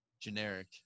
generic